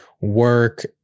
work